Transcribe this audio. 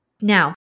Now